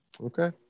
Okay